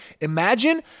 imagine